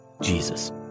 Jesus